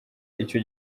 icyo